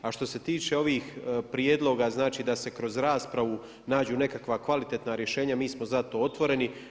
A što se tiče ovih prijedloga da se kroz raspravu nađu nekakva kvalitetna rješenja, mi smo za to otvoreni.